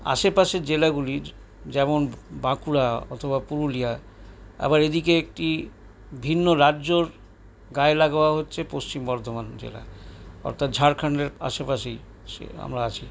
আশেপাশের জেলাগুলির যেমন বাঁকুড়া অথবা পুরুলিয়া আবার এদিকে একটি ভিন্ন রাজ্যের গায়ে লাগোয়া হচ্ছে পশ্চিম বর্ধমান জেলা অর্থাৎ ঝাড়খন্ডের আশেপাশেই সেই আমরা আছি